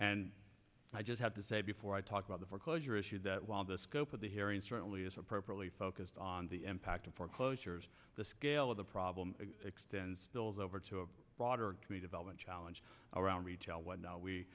and i just have to say before i talk about the foreclosure issue that while the scope of the hearing certainly is appropriately focused on the impact of foreclosures the scale of the problem extends bill's over to a broader me development challenge around retail what